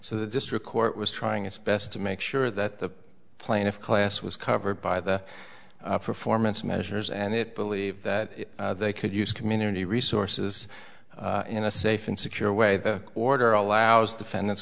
so the district court was trying its best to make sure that the plaintiff class was covered by the performance measures and it believed that they could use community resources in a safe and secure way the order allows defendants